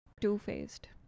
two-faced